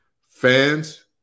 Fans